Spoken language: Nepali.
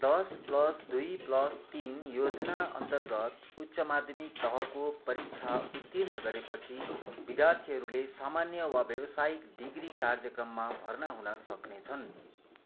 दस प्लस दुई प्लस तिन योजना अन्तर्गत उच्च माध्यमिक तहको परीक्षा उत्तीर्ण गरेपछि विद्यार्थीहरूले सामान्य वा व्यवसायिक डिग्री कार्यक्रममा भर्ना हुन सक्नेछन्